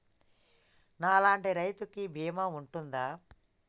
నా లాంటి రైతు కి బీమా ఉంటుందా?